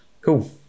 Cool